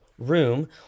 Room